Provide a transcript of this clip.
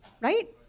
Right